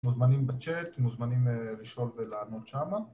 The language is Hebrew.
מוזמנים בצ'אט, מוזמנים לשאול ולענות שמה